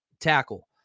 tackle